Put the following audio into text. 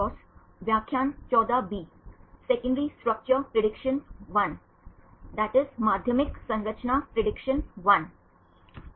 पिछले व्याख्यान में हमने प्रोटीन की प्राथमिक संरचना के बारे में चर्चा की और अमीनो एसिड अनुक्रमों से हम विभिन्न जानकारी प्राप्त कर सकते हैं